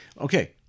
okay